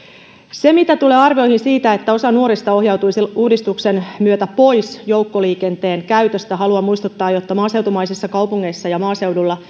mitä tulee arviointiin siitä että osa nuorista ohjautuisi uudistuksen myötä pois joukkoliikenteen käytöstä niin haluan muistuttaa että maaseutumaisissa kaupungeissa ja maaseudulla